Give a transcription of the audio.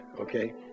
okay